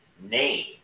name